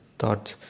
thoughts